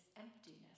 emptiness